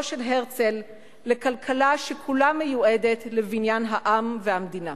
של הרצל לכלכלה שכולה מיועדת לבניין העם והמדינה.